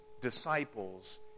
disciples